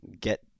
get